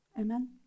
Amen